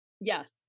Yes